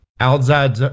Outside